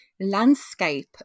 landscape